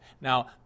Now